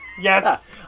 Yes